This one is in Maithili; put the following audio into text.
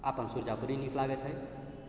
अपन सुरजापुरी नीक लागैत होइ